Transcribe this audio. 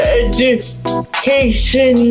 education